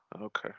Okay